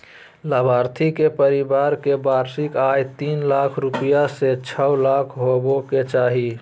लाभार्थी के परिवार के वार्षिक आय तीन लाख रूपया से छो लाख होबय के चाही